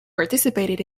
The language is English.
participated